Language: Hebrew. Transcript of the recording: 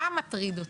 מה מטריד אותי?